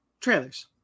trailers